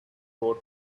wrote